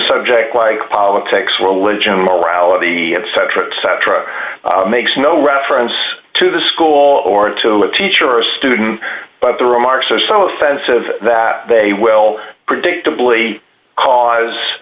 subject like politics religion morality and centric cetra makes no reference to the school or to a teacher or student but the remark so some offensive that they will predictably cause